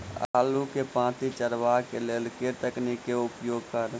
आलु केँ पांति चरावह केँ लेल केँ तकनीक केँ उपयोग करऽ?